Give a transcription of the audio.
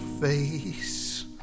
face